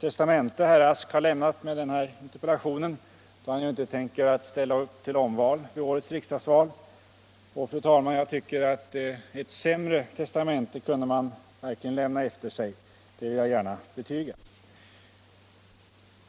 testamente herr Rask har lämnat med denna interpellation, då han inte tänker ställa upp till omval i år. Sämre testamente kunde man verkligen lämna efter sig, det vill jag gärna betyga.